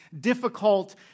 difficult